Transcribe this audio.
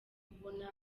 kubona